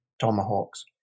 tomahawks